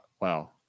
Wow